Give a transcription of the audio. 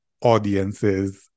audiences